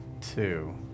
two